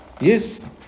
Yes